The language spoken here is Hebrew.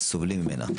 סובלים ממנה.